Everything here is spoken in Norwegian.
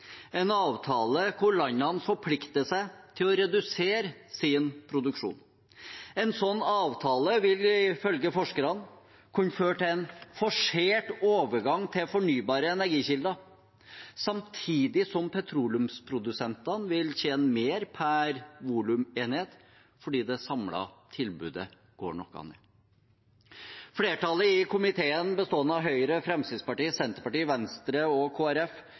en avtale hvor landene forplikter seg til å redusere sin produksjon. En slik avtale vil ifølge forskerne kunne føre til en forsert overgang til fornybare energikilder, samtidig som petroleumsprodusentene vil tjene mer per volumenhet fordi det samlede tilbudet går noe ned. Flertallet i komiteen, bestående av Høyre, Fremskrittspartiet, Senterpartiet, Venstre og